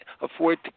afford